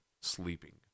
sleeping